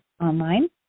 online